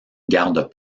gardes